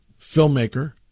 filmmaker